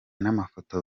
n’amafoto